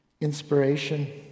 inspiration